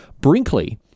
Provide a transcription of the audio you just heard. Brinkley